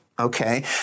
Okay